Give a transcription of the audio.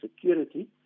security